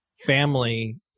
Family